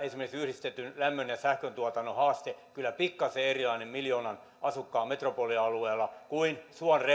esimerkiksi yhdistetyn lämmön ja sähköntuotannon haaste pikkasen erilainen miljoonan asukkaan metropolialueella kuin